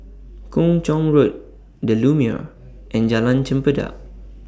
Kung Chong Road The Lumiere and Jalan Chempedak